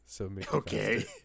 Okay